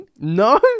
No